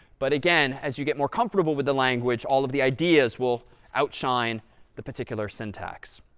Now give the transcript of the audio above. but again, as you get more comfortable with the language, all of the ideas will outshine the particular syntax.